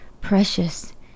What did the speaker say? precious